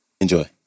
Enjoy